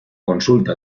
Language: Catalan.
consulta